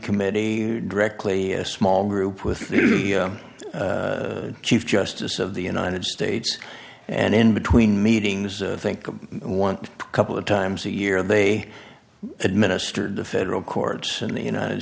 committee directly a small group with the chief justice of the united states and in between meetings think of one couple of times a year they administered the federal courts in the united